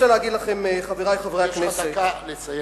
חברי חברי הכנסת,